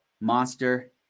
Monster